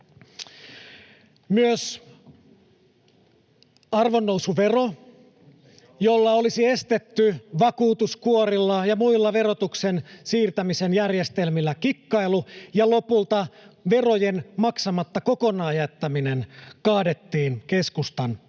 Myös arvonnousuvero, jolla olisi estetty vakuutuskuorilla ja muilla verotuksen siirtämisen järjestelmillä kikkailu ja lopulta verojen maksamatta jättäminen kokonaan, kaadettiin keskustan toimesta,